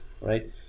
right